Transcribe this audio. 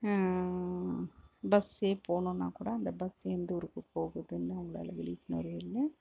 பஸ்ஸே போகணுன்னா கூட அந்த பஸ் எந்த ஊருக்கு போகுதுன்னு அந்தளவு விழிப்புணர்வு இல்லை